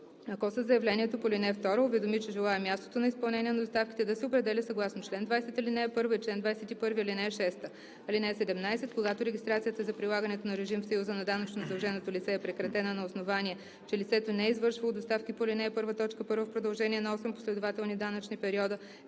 ако със заявлението по ал. 2 уведоми, че желае мястото на изпълнение на доставките да се определя съгласно чл. 20, ал. 1 и чл. 21, ал. 6. (17) Когато регистрацията за прилагането на режим в Съюза на данъчно задълженото лице е прекратена на основание, че лицето не е извършвало доставки по ал. 1, т. 1 в продължение на осем последователни данъчни периода,